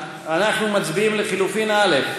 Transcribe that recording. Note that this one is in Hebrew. אנחנו מצביעים על לחלופין א'.